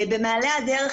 במעלה הדרך,